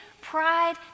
pride